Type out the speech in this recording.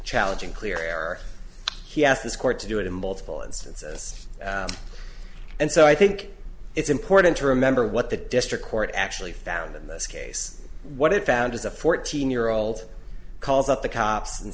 challenging clear error he asked this court to do it in multiple instances and so i think it's important to remember what the district court actually found in this case what it found is a fourteen year old calls up the cops and